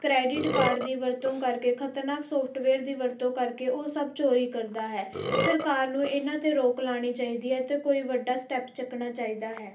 credit card ਦੀ ਵਰਤੋਂ ਕਰਕੇ ਖਤਰਨਾਕ ਸੋਫਟਵੇਅਰ ਦੀ ਵਰਤੋਂ ਕਰਕੇ ਉਹ ਸਭ ਚੋਰੀ ਕਰਦਾ ਹੈ ਸਰਕਾਰ ਨੂੰ ਇਹਨਾਂ 'ਤੇ ਰੋਕ ਲਾਉਣੀ ਚਾਹੀਦੀ ਹੈ ਅਤੇ ਕੋਈ ਵੱਡਾ ਸਟੈਪ ਚੱਕਣਾ ਚਾਹੀਦਾ ਹੈ